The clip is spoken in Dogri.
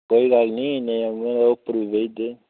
कोई गल्ल निं इन्ने उ'आं ते उप्पर बी बेही जंदे